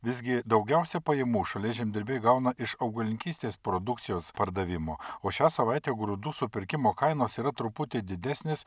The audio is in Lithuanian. visgi daugiausia pajamų šalies žemdirbiai gauna iš augalininkystės produkcijos pardavimo o šią savaitę grūdų supirkimo kainos yra truputį didesnės